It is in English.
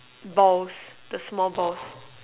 balls the small balls